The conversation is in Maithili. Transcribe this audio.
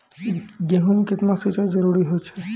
गेहूँ म केतना सिंचाई जरूरी होय छै?